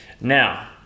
Now